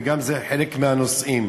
וגם זה חלק מהנושאים.